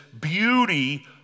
beauty